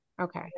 Okay